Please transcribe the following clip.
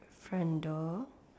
front door